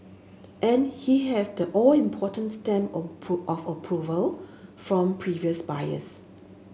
and he has the all important stamp of of approval from previous buyers